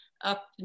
up